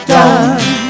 done